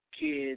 kids